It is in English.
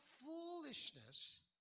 foolishness